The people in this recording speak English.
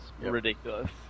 ridiculous